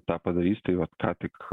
tą padarys tai vat ką tik